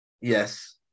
Yes